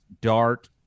dark